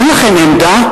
אין לכם עמדה?